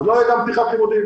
אז לא תהיה פתיחת לימודים.